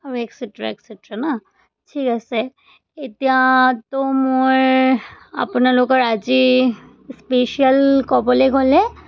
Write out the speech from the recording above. আৰু etcetera etcetera নহ্ ঠিক আছে এতিয়াতো মই আপোনালোকৰ আজি স্পেচিয়েল ক'বলৈ গ'লে